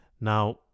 Now